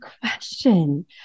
question